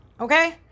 okay